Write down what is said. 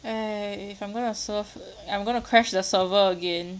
!aiya! if I'm gonna serve I'm gonna crash the server again